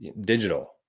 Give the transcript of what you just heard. digital